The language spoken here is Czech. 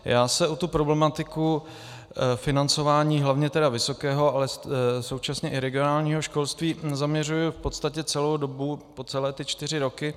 Já se na tu problematiku financování hlavně tedy vysokého, ale současně i regionálního školství zaměřuji v podstatě celou dobu, celé ty čtyři roky.